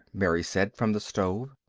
mary said, from the stove.